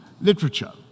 literature